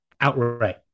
outright